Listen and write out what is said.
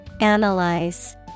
Analyze